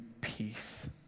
peace